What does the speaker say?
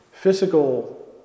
physical